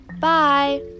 Bye